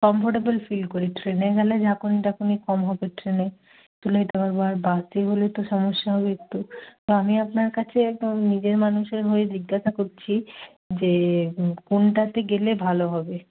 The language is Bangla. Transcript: কমফর্টেবেল ফিল করি ট্রেনে গেলে ঝাঁকুনি টাকুনি কম হবে ট্রেনে বাসে গেলে তো সমস্যা হবে একটু আর আমি আপনার কাছে নিজের মানুষের হয়ে জিজ্ঞাসা করছি যে কোনটাতে গেলে ভালো হবে